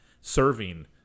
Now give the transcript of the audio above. serving